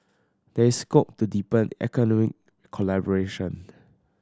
there is scope to deepen economy collaboration